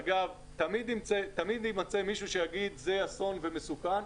אגב, תמיד יימצא מישהו שיגיד שזה אסון ומסוכן.